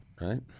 right